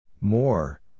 more